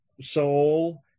soul